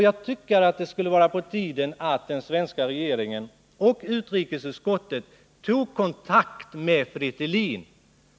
Jag tycker att det är på tiden att den svenska regeringen och utrikesutskottet tar kontakt med Fretilin.